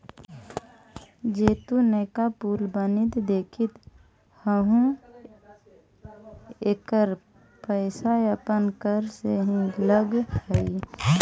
जे तु नयका पुल बनित देखित हहूँ एकर पईसा अपन कर से ही लग हई